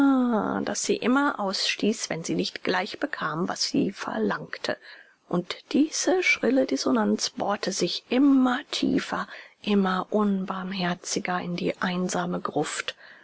das sie immer ausstieß wenn sie nicht gleich bekam was sie verlangte und diese schrille dissonanz bohrte sich immer tiefer immer unbarmherziger in die einsame gruft